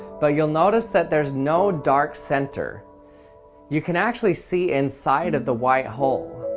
but you'll notice that there's no dark centre you can actually see inside of the white hole